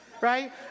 right